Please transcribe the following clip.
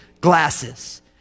glasses